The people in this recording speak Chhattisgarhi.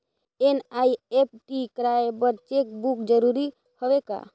एन.ई.एफ.टी कराय बर चेक बुक जरूरी हवय का?